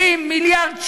30 מיליארד שקלים.